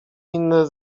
inne